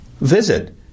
Visit